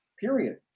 period